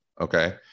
okay